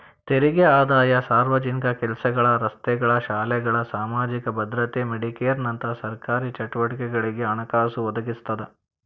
ತೆರಿಗೆ ಆದಾಯ ಸಾರ್ವಜನಿಕ ಕೆಲಸಗಳ ರಸ್ತೆಗಳ ಶಾಲೆಗಳ ಸಾಮಾಜಿಕ ಭದ್ರತೆ ಮೆಡಿಕೇರ್ನಂತ ಸರ್ಕಾರಿ ಚಟುವಟಿಕೆಗಳಿಗೆ ಹಣಕಾಸು ಒದಗಿಸ್ತದ